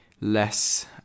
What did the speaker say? less